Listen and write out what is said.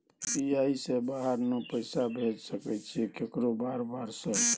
UPI से बाहर में पैसा भेज सकय छीयै केकरो बार बार सर?